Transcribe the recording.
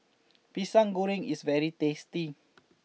Pisang Goreng is very tasty